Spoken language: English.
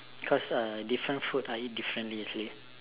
cause different food I eat differently usually